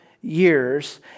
years